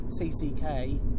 CCK